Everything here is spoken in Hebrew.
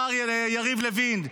השר יריב לוין,